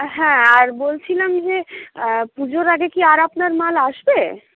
হ্যাঁ আর বলছিলাম যে পুজোর আগে কি আর আপনার মাল আসবে